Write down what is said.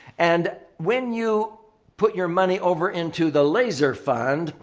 and when you put your money over into the laser fund,